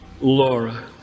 Laura